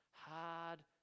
Hard